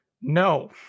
no